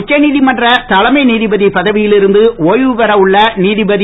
உச்சநீதிமன்ற தலைமை நீதிபதி பதவியில் இருந்து ஓய்வு பெற உள்ள நீதிபதி